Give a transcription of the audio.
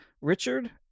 Richard